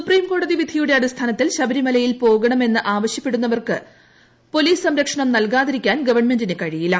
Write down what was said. supreme കോടതി വിധിയുടെ അടിസ്ഥാനത്തിൽ ശബരിമലയിൽ പോകണമെന്ന് ആവശ്യപ്പെട്ടുവ രുന്നവർക്ക് പോലീസ് സംരംക്ഷണം നൽകാതിരിക്കാൻ ഗവൺമെന്റിന് കഴിയില്ല